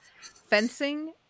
fencing